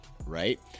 right